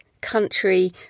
Country